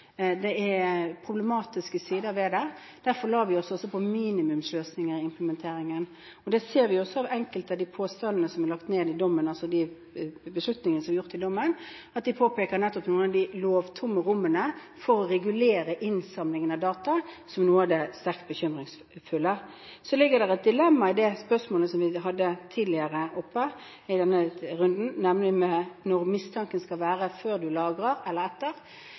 det er problematiske sider ved det. Derfor la vi oss også på minimumsløsninger i implementeringen. Vi ser også av enkelte av de påstandene som er lagt ned i dommen, altså de beslutningene som er gjort i dommen, at de påpeker nettopp noen av de lovtomme rommene for å regulere innsamlingen av data som noe av det sterkt bekymringsfulle. Det ligger et dilemma i det spørsmålet som vi hadde oppe tidligere i denne runden, nemlig om når mistanken skal være – før man lagrer, eller etter.